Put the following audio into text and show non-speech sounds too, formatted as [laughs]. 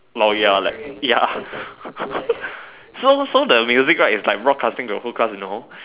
while you're like ya [laughs] so so the music right is like broadcasting to the whole class you know